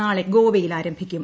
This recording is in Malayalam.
നാളെ ഗോവയിലാരംഭിക്കും